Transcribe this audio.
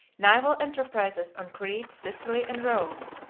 naval enterprises on crete, sicily, and rome